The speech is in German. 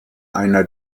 einer